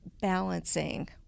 balancing